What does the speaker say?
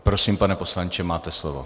Prosím, pane poslanče, máte slovo.